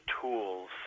tools